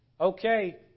okay